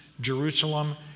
Jerusalem